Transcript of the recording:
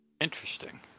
interesting